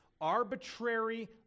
arbitrary